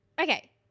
Okay